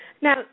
Now